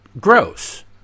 gross